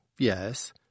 Yes